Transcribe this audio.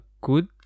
good